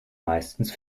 meistens